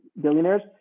billionaires